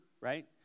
right